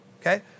Okay